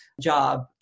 job